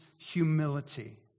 humility